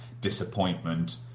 disappointment